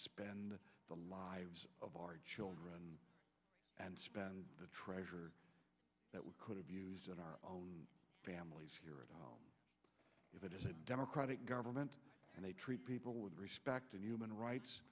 spend the lives of our children and spend the treasure that we could have used on our own families here and if it is a democratic government and they treat people with respect and human rights